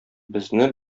безне